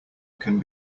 can